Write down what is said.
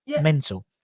mental